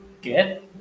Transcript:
get